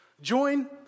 Join